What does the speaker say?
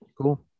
Cool